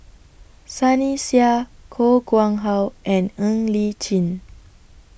Sunny Sia Koh Nguang How and Ng Li Chin